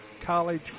College